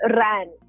ran